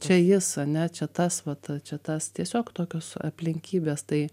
čia jis ane čia tas vat čia tas tiesiog tokios aplinkybės tai